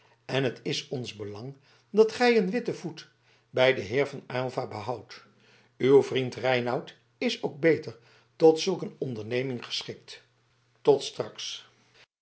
en het is ons belang dat gij een witten voet bij den heer van aylva behoudt uw vriend reinout is ook beter tot zulk een onderneming geschikt tot straks